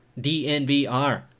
DNVR